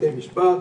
בתי המשפט,